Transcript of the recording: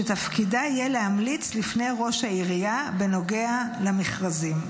ותפקידה יהיה להמליץ לפני ראש העירייה בנוגע למכרזים.